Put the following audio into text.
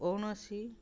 କୌଣସି